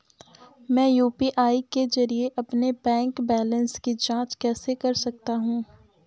मैं यू.पी.आई के जरिए अपने बैंक बैलेंस की जाँच कैसे कर सकता हूँ?